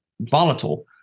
volatile